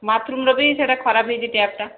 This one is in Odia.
ବାଥରୁମ୍ର ବି ସେଇଟା ଖରାପ ହୋଇଛି ଟ୍ୟାପ୍ଟା